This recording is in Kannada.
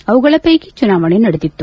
ಅವುಗಳ ವೈಕಿ ಚುನಾವಣೆ ನಡೆದಿತ್ತು